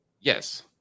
Yes